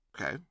Okay